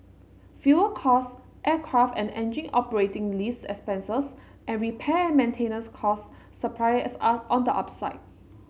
fuel cost aircraft and engine operating lease expenses and repair and maintenance costs surprised us on the upside